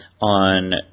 on